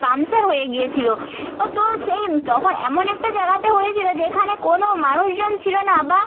puncture হয়ে গিয়েছিল ও তো সেই তখন এমন একটা জায়গাতে হয়েছিল যেখানে কোনো মানুষজন ছিল না বা